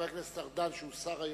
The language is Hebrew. חבר הכנסת ארדן, שהוא שר היום,